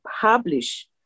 publish